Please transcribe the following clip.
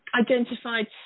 identified